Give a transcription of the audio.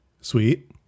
sweet